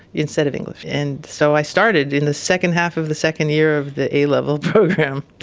instead of english. and so i started in the second half of the second year of the a-level program.